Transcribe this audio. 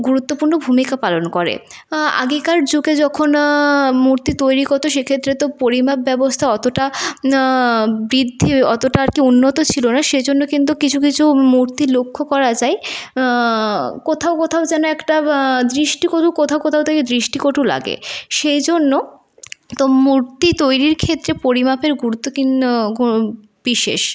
গুরুত্বপূর্ণ ভূমিকা পালন করে আগেকার যুগে যখন মূর্তি তৈরি করত সেক্ষেত্রে তো পরিমাপ ব্যবস্থা অতটা বৃদ্ধি অতটা আর কি উন্নত ছিল না সেজন্য কিন্তু কিছু কিছু মূর্তি লক্ষ করা যায় কোথাও কোথাও যেন একটা দৃষ্টিকটু কোথাও কোথাও থেকে দৃষ্টিকটু লাগে সেই জন্য তো মূর্তি তৈরির ক্ষেত্রে পরিমাপের গুরুত্ব কিন বিশেষ